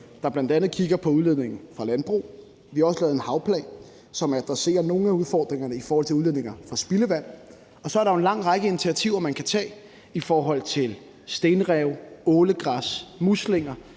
der bl.a. kigger på udledningen fra landbrug, vi har også lavet en havplan, som adresserer nogle af udfordringerne i forhold til udledninger fra spildevand, og så er der jo en lang række initiativer, man kan tage i forhold til stenrev, ålegræs og muslinger,